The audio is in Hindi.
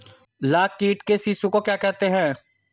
लाख कीट के शिशु को क्या कहते हैं?